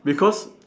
because